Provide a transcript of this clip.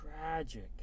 tragic